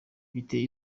biteye